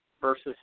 versus